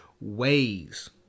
ways